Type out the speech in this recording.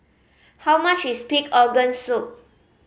how much is pig organ soup